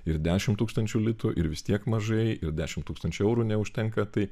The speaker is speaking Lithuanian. ir dešimt tūkstančių litų ir vis tiek mažai ir dešimt tūkstančių eurų neužtenka tai